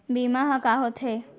बीमा ह का होथे?